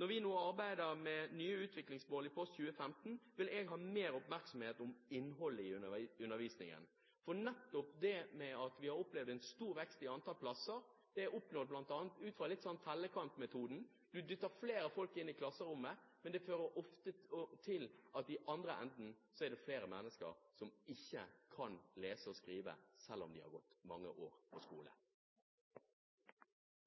Når vi nå arbeider med nye utviklingsmål i post 2015-agendaen, vil jeg ha mer oppmerksomhet om innholdet i undervisningen. Nettopp det at vi har opplevd en stor vekst i antall plasser, er oppnådd bl.a. ut fra en slags tellekantmetode – du dytter flere folk inn i klasserommet – men det fører ofte til at det i andre enden er flere mennesker som ikke kan lese og skrive, selv om de har gått mange år på skole.